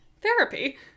therapy